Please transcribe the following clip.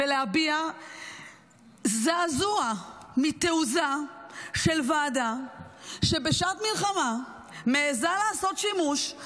ולהביע זעזוע מתעוזה של ועדה שבשעת מלחמה מעיזה לעשות שימוש,